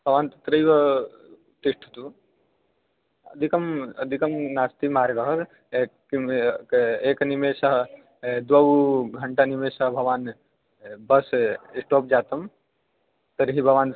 भवान् तत्रैव तिष्ठतु अधिकः अधिकः नास्ति मार्गः किम् एकनिमेषः द्वौ घण्टा निमेषः भवान् बस् श्टोप् जातं तर्हि भवान्